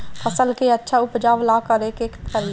फसल के अच्छा उपजाव ला का करे के परी?